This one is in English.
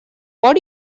what